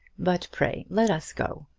but pray let us go.